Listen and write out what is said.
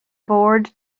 bord